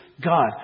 God